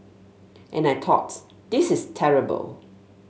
and I thought this is terrible